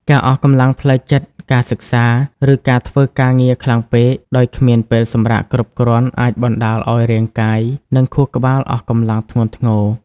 ការអស់កម្លាំងផ្លូវចិត្តការសិក្សា ឬការធ្វើការងារខ្លាំងពេក ដោយគ្មានពេលសម្រាកគ្រប់គ្រាន់ អាចបណ្តាលឲ្យរាងកាយ និងខួរក្បាលអស់កម្លាំងធ្ងន់ធ្ងរ។